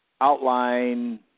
outline